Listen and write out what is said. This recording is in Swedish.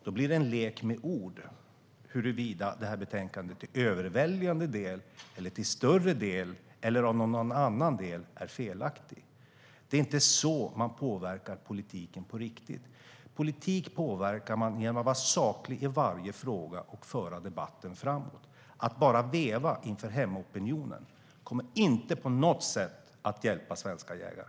Då blir det en lek med ord huruvida det här betänkandet till övervägande del, till större del eller någon annan del är felaktigt. Det är inte så som man påverkar politiken på riktigt. Politik påverkar man genom att vara saklig i varje fråga och föra debatten framåt. Att bara veva inför hemmaopinionen kommer inte på något sätt att hjälpa svenska jägare.